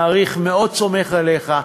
באמת חבל ששר הביטחון איננו פה,